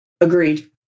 Agreed